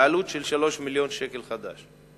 בעלות של 3 מיליוני שקלים חדשים.